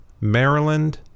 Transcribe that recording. Maryland